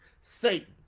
Satan